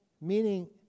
Meaning